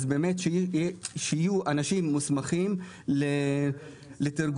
אז באמת שיהיו אנשים מוסמכים לתרגום.